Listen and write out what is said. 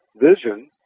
vision